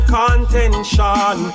contention